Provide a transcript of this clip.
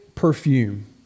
perfume